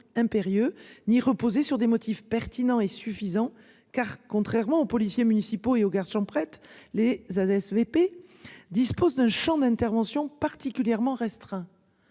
impérieux ni reposer sur des motifs pertinents et suffisants car contrairement aux policiers municipaux et aux garçons prête les ASVP dispose d'un Champ d'intervention particulièrement restreint.